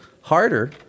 harder